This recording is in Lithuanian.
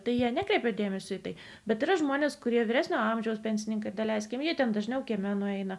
tai jie nekreipė dėmesio į tai bet yra žmonės kurie vyresnio amžiaus pensininkai leiskime jie ten dažniau kieme nueina